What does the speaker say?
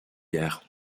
guerre